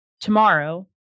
Tomorrow